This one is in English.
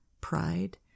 pride